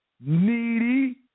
needy